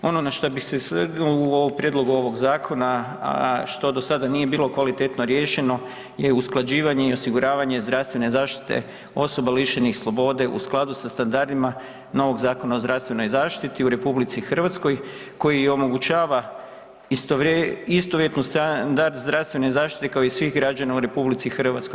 Ono na što bih se osvrnuo u prijedlogu ovoga zakona, a što do sada nije bilo kvalitetno riješeno je usklađivanje i osiguravanje zdravstvene zaštite osoba lišenih slobode u skladu sa standardima novog Zakona o zdravstvenoj zaštiti u RH koji omogućava istovjetni standard zdravstvene zaštite kao i svih građana u RH.